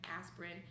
aspirin